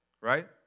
right